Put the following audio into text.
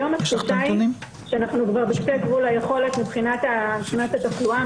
היום התחושה היא שאנחנו כבר בקצה גבול היכולת מבחינת התחלואה,